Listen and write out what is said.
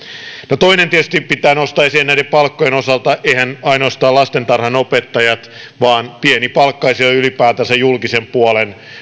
no toinen tietysti pitää nostaa esiin näiden palkkojen osalta eihän ainoastaan lastentarhanopettajat vaan pienipalkkaisia ovat ylipäätänsä julkisen puolen